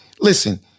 Listen